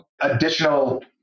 additional